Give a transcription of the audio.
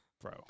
bro